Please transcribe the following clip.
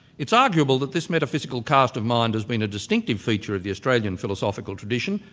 it's arguable that this metaphysical cast of mind has been a distinctive feature of the australian philosophical tradition,